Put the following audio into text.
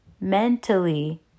mentally